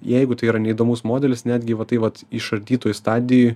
jeigu tai yra neįdomus modelis netgi vat tai vat išardytoj stadijoj